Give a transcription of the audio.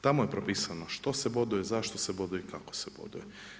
Tamo je propisano što se boduje, zašto se boduje i kako se boduje.